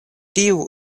tiu